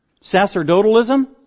Sacerdotalism